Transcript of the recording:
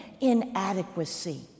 inadequacy